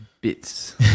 bits